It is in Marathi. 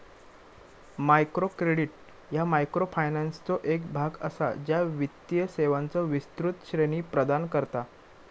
मायक्रो क्रेडिट ह्या मायक्रोफायनान्सचो एक भाग असा, ज्या वित्तीय सेवांचो विस्तृत श्रेणी प्रदान करता